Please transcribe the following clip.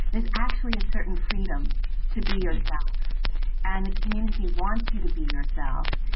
there's actually a certain freedom to be yourself and the community wants you to be yourself.